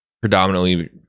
predominantly